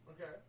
Okay